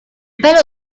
pelo